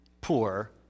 poor